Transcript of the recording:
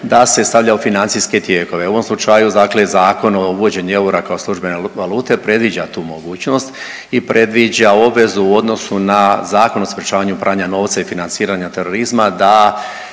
da se stavlja u financijske tijekove. U ovom slučaju dakle Zakon o uvođenju eura kao službene valute predviđa tu mogućnost i predviđa obvezu u odnosu na Zakon o sprječavanju pranja novca i financiranja terorizma da